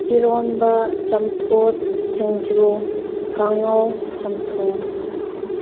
ꯏꯔꯣꯟꯕ ꯆꯝꯐꯨꯠ ꯁꯤꯡꯖꯨ ꯀꯥꯡꯍꯧ ꯆꯝꯊꯣꯡ